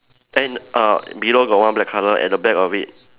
and uh below got one black colour at the back of it